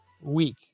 Week